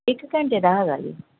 ਇੱਕ ਘੰਟੇ ਦਾ ਹੈਗਾ ਜੇ